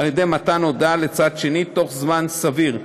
ידי מתן הודעה לצד שני בתוך זמן סביר.